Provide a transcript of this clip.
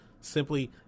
simply